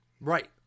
right